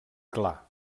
clar